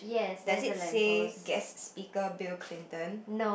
does it say guest speaker Bill-Clinton